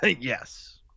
Yes